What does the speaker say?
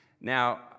Now